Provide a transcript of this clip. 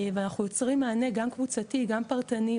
ואנחנו יוצרים מענה גם קבוצתי, גם פרטני.